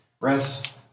rest